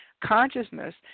consciousness